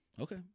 Okay